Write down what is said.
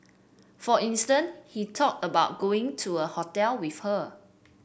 for he talked about going to a hotel with her